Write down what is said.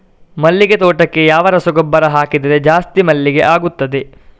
ಮಲ್ಲಿಗೆ ತೋಟಕ್ಕೆ ಯಾವ ರಸಗೊಬ್ಬರ ಹಾಕಿದರೆ ಜಾಸ್ತಿ ಮಲ್ಲಿಗೆ ಆಗುತ್ತದೆ?